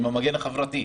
המגן החברתי.